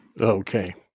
Okay